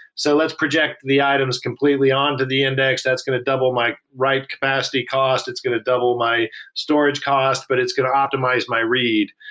so let's project the items completely on to the index that's going to double my write capacity cost, that's going to double my storage cost, but it's going to optimize my read.